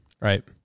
right